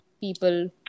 people